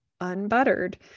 unbuttered